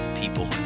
people